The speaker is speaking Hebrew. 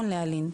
לאלי"ן.